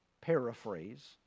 paraphrase